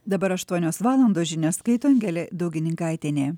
dabar aštuonios valandos žinias skaito angelė daugininkaitienė